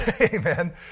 Amen